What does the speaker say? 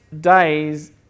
days